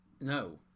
No